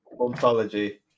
ontology